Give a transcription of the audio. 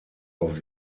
auf